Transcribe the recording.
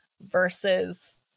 versus